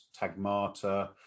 tagmata